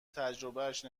تجربهاش